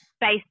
based